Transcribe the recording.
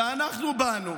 ואנחנו באנו,